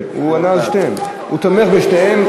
הוא ענה על שתיהן, הוא תומך בשתיהן.